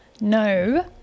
No